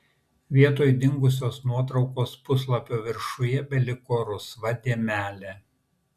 vietoj dingusios nuotraukos puslapio viršuje beliko rusva dėmelė